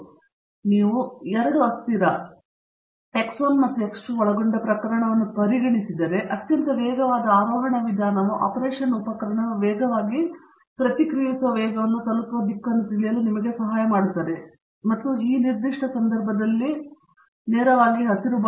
ಆದ್ದರಿಂದ ನೀವು 2 ಅಸ್ಥಿರ x 1 ಮತ್ತು x 2 ಒಳಗೊಂಡ ಪ್ರಕರಣವನ್ನು ಪರಿಗಣಿಸಿದರೆ ಅತ್ಯಂತ ವೇಗವಾದ ಆರೋಹಣ ವಿಧಾನವು ಆಪರೇಶನ್ ಉಪಕರಣವು ವೇಗವಾಗಿ ಪ್ರತಿಕ್ರಿಯಿಸುವ ವೇಗವನ್ನು ತಲುಪುವ ದಿಕ್ಕನ್ನು ತಿಳಿಯಲು ನಿಮಗೆ ಸಹಾಯ ಮಾಡುತ್ತದೆ ಮತ್ತು ಇದು ಈ ನಿರ್ದಿಷ್ಟ ಸಂದರ್ಭದಲ್ಲಿ ನೇರವಾಗಿ ಹಸಿರು ಬಾಣ